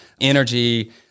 energy